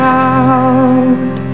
out